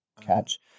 catch